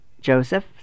Joseph